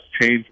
change